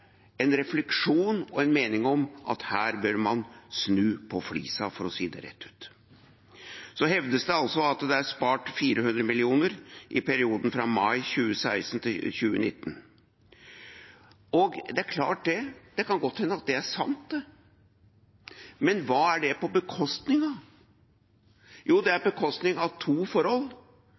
en refleksjon og en mening om at her bør man snu på flisa, for å si det rett ut. Så hevdes det at det er spart 400 mill. kr i perioden fra mai 2016 til 2019. Det kan godt hende at det er sant, men hva er det på bekostning av? Jo, det er på bekostning av to forhold.